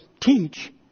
teach